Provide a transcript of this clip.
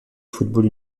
football